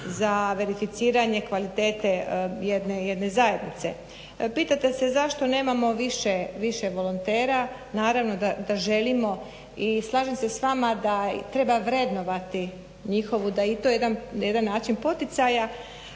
za verificiranje kvalitete jedne zajednice. Pitate se zašto nemamo više volontera. Naravno da želimo i slažem se s vama da treba vrednovati njihovu, da je i to jedan način poticaja,